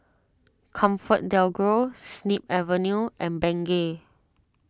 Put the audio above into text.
ComfortDelGro Snip Avenue and Bengay